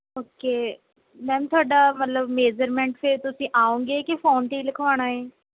okay ma'am ਤੁਹਾਡਾ ਮਤਲਬ measurement ਫਿਰ ਤੁਸੀਂ ਆਉਂਗੇ ਕਿ ਫ਼ੋਨ 'ਤੇ ਹੀ ਲਿਖਵਾਉਣਾ ਹੈ